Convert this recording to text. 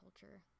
culture